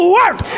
work